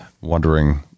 wondering